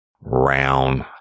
round